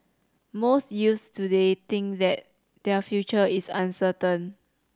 most youths today think that their future is uncertain